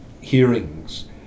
hearings